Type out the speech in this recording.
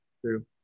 True